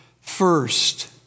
first